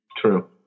true